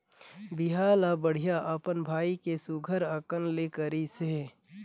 बिहा ल बड़िहा अपन भाई के सुग्घर अकन ले करिसे